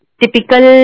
typical